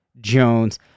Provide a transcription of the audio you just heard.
Jones